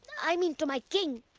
i mean, to my king!